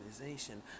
organization